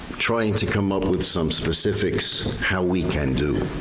trying to come up with some specifics how we can do.